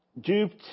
duped